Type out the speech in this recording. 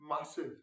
massive